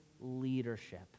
leadership